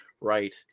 right